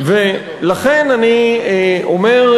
לכן אני אומר,